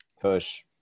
push